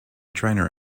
trainer